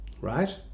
right